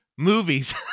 Movies